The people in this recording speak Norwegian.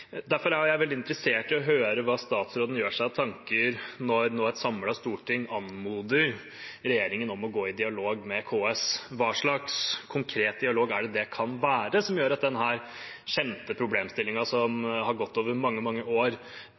Derfor er jeg veldig interessert i å høre hva statsråden gjør seg av tanker når et samlet storting nå anmoder regjeringen om å gå i dialog med KS. Hva slags konkret dialog kan det være, som gjør at denne kjente problemstillingen som har gått over mange, mange år,